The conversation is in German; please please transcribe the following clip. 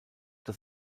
das